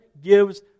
gives